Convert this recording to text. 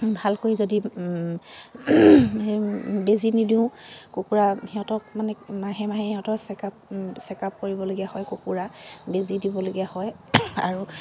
ভালকৈ যদি বেজী নিদিওঁ কুকুৰা সিহঁতক মানে মাহে মাহে সিহঁতৰ চেকআপ চেকআপ কৰিবলগীয়া হয় কুকুৰা বেজী দিবলগীয়া হয় আৰু